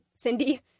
Cindy